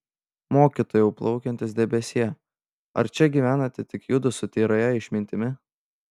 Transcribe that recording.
mokytojau plaukiantis debesie ar čia gyvenate tik judu su tyrąja išmintimi